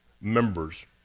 members